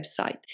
website